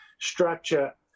structure